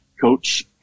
Coach